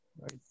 Right